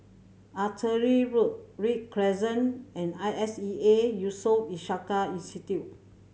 Artillery Road Read Crescent and I S E A Yusof Ishak Institute